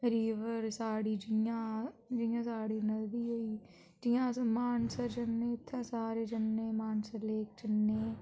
river साढ़ी जियां जियां साढ़ी नदी होई जियां अस मानसर जन्ने उत्थै अस सारे जन्ने मानसर लेक जन्ने